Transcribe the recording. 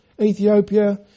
Ethiopia